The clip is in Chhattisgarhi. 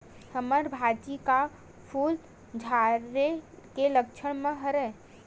हमर भाजी म फूल झारे के लक्षण का हरय?